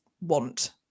want